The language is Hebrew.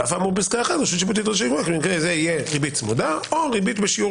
על אף האמור בפסקה אחרת שזאת תהיה ריבית צמודה או ריבית בשיעור